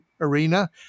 arena